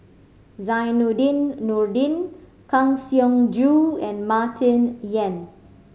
Zainudin Nordin Kang Siong Joo and Martin Yan